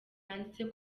yanditse